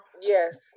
Yes